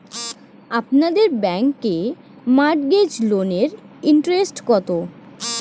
আপনাদের ব্যাংকে মর্টগেজ লোনের ইন্টারেস্ট কত?